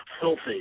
filthy